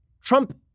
Trump